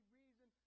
reason